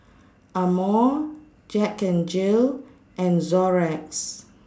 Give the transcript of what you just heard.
Amore Jack N Jill and Xorex